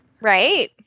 Right